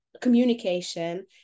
communication